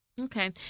Okay